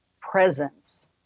presence